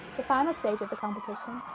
the final stage of the competition.